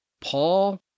Paul